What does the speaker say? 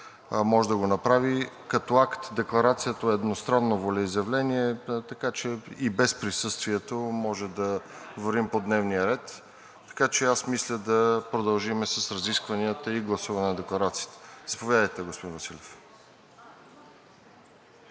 може да го направи. Като акт Декларацията е едностранно волеизявление, така че и без присъствието може да вървим по дневния ред. Така че аз мисля да продължим с разискванията и гласуване на Декларацията. Заповядайте, господин Василев.